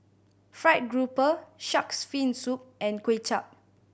fried grouper Shark's Fin Soup and Kuay Chap